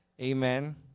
Amen